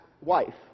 wife